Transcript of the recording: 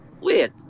wait